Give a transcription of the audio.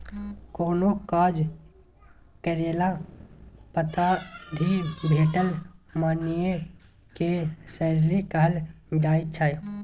कोनो काज कएला पछाति भेटल मानदेय केँ सैलरी कहल जाइ छै